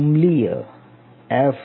अम्लीय एफ